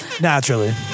Naturally